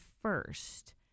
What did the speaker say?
first